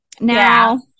now